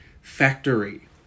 factory